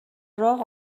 راه